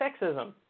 sexism